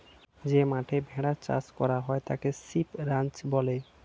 যে মাঠে ভেড়া চাষ করা হয় তাকে শিপ রাঞ্চ বলে